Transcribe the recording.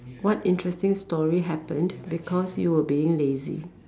what interesting story happened because you were being lazy